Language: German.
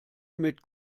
mit